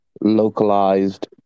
localized